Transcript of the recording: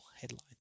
headlines